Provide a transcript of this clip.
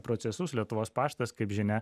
procesus lietuvos paštas kaip žinia